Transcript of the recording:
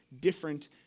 different